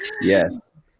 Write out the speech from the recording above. Yes